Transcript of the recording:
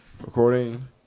recording